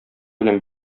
белән